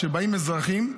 באים אזרחים,